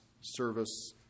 service